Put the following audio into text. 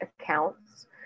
accounts